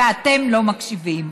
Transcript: ואתם לא מקשיבים.